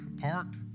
parked